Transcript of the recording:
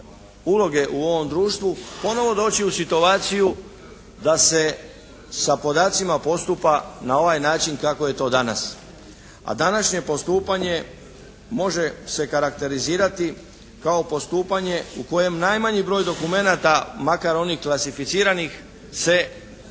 uloge u ovom društvu ponovo doći u situaciju da se sa podacima postupa na ovaj način kako je to danas, a današnje postupanje može se karakterizirati kao postupanje u kojem najmanji broj dokumenata makar onih klasificiranih se nalazi